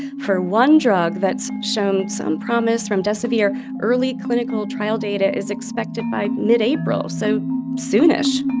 for one drug that's shown some promise, remdesevir, early clinical trial data is expected by mid-april. so soon-ish